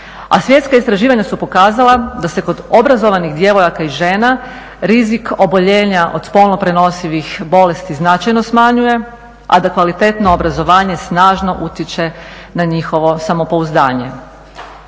A svjetska istraživanja su pokazala da se kod obrazovanih djevojaka i žena, rizik oboljenja od spolno prenosivih bolesti značajno smanjuje, a da kvalitetno obrazovanje snažno utječe na njihovo samopouzdanje.